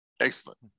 excellent